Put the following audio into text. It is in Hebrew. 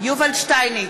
יובל שטייניץ,